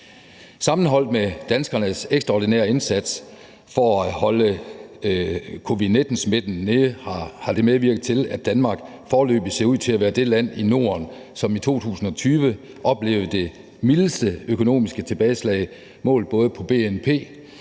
Sammenholdt med danskernes ekstraordinære indsats for at holde covid-19-smitten nede har det medvirket til, at Danmark foreløbig ser ud til at være det land i Norden, som i 2020 oplevede det mildeste økonomiske tilbageslag målt både på bnp,